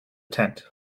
tent